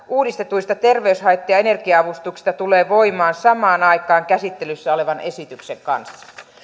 uudistetuista terveyshaitta ja energia avustuksista tulee voimaan samaan aikaan käsittelyssä olevan esityksen kanssa